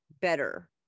better